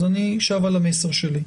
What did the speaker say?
אני שב וחוזר על המסר שלי.